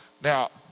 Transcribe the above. Now